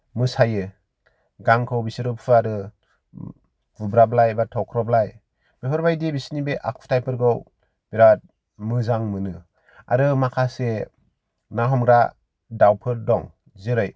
मोसायो गांखौ बिसोरो फुवारो ओ बुब्राबलाय एबा थख्रबलाय बेफोरबायदि बिसोरनि बे आखुथाइफोरखौ बिराद मोजां मोनो आरो माखासे ना हमग्रा दाउफोर दं जेरै